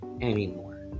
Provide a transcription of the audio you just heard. anymore